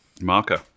Marker